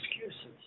excuses